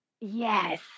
Yes